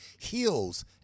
HEALS